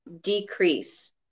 decrease